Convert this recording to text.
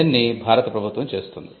దీనిని భారత ప్రభుత్వం చేస్తుంది